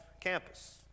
campus